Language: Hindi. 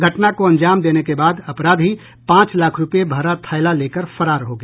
घटना को अंजाम देने के बाद अपराधी पांच लाख रूपये भरा थैला लेकर फरार हो गया